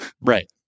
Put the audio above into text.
Right